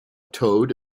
toad